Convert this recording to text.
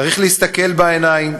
צריך להסתכל בעיניים